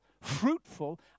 fruitful